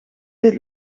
dit